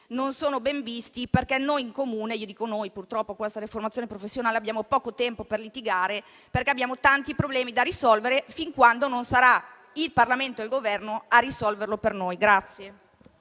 non sono ben visti. Questo perché noi in Comune - dico noi per deformazione professionale - abbiamo poco tempo per litigare perché abbiamo tanti problemi da risolvere, fin quando non sarà il Parlamento e il Governo a risolverli per noi.